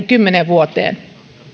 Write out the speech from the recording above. kymmenen vuoteen